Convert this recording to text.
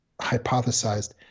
hypothesized